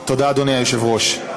תודה, אדוני היושב-ראש.